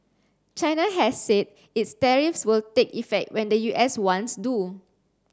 china has said its tariffs will take effect when the U S ones do